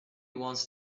wants